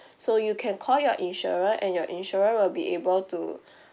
so you can call your insurer and your insurer will be able to